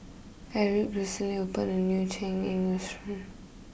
Aric recently opened a new Cheng Eng restaurant